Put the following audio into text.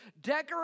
Decorate